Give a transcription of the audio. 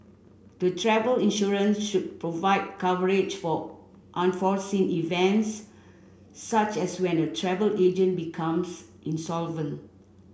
the travel insurance should provide coverage for unforeseen events such as when a travel agent becomes insolvent